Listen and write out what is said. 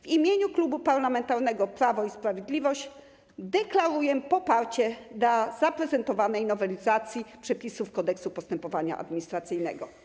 W imieniu Klubu Parlamentarnego Prawo i Sprawiedliwość deklaruję poparcie dla zaprezentowanej nowelizacji przepisów Kodeksu postępowania administracyjnego.